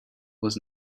was